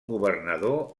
governador